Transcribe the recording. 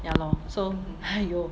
ya lor so !haiyo!